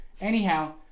anyhow